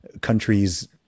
countries